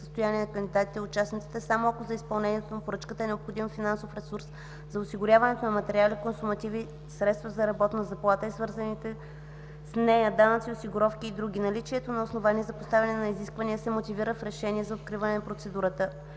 състояние на кандидатите и участниците, само ако за изпълнението на поръчката е необходим финансов ресурс за осигуряването на материали, консумативи, средства за работна заплата и свързаните с нея данъци и осигуровки, и други. Наличието на основание за поставяне на изисквания се мотивира в решение за откриване на процедурата.”;